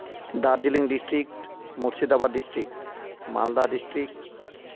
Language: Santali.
Darjeeling district Murshidabad district Malda district